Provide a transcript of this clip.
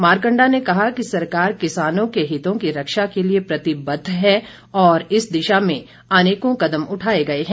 मारकंडा ने कहा कि सरकार किसानों के हितों की रक्षा के लिए प्रतिबद्ध है और इस दिशा में अनेकों कदम उठाए गए हैं